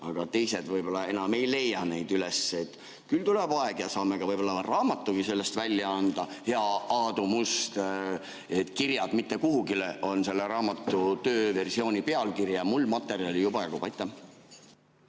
aga teised võib-olla enam ei leia neid üles. Küll tuleb aeg ja saame ka võib-olla raamatu välja anda, hea Aadu Must, "Kirjad mittekuhugi" on selle raamatu tööversiooni pealkiri. Mul materjali juba jagub.